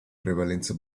prevalenza